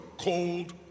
cold